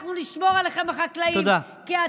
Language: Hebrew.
אנחנו נשמור עליכם, החקלאים, תודה.